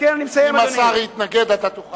אם השר יתנגד אתה תוכל.